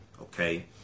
okay